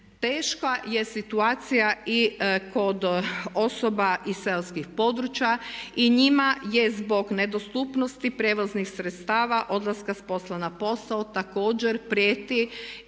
teška je situacija i kod osoba iz seoskih područja. I njima je zbog nedostupnosti prijevoznih sredstava, odlaska s posla na posao također prijeti